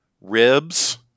ribs